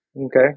Okay